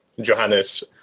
Johannes